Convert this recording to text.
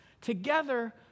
together